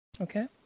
Okay